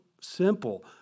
simple